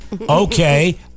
Okay